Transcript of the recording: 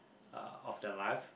uh of the life